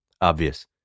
Obvious